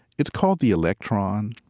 it's called the electron.